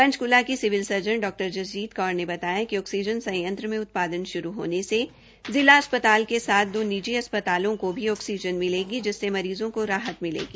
पंचकूला की civil surgeon डॉ जसजीत कौर ने बताया कि ऑकसीजन संयंत्र में उतपादन श्रू हाने से जिला अस्पताल के साथ साथ निजी अस्पतालों को भी ऑक्सीजन मिलेगी जिससे मरीज़ों को राहत मिलेगी